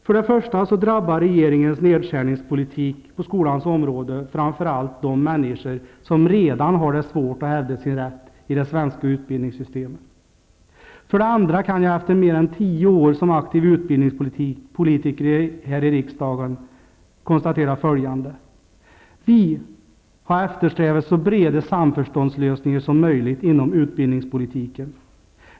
För det första drabbar regeringens nedskärningspolitik på skolans område framför allt de människor som redan har svårt att hävda sin rätt i det svenska utbildningssystemet. För det andra kan jag efter mer än tio år som aktiv utbildningspolitiker här i riksdagen konstatera följande. Vi har eftersträvat så breda samförståndslösningar som möjligt inom utbildningspolitiken.